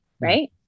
Right